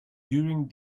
during